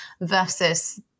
versus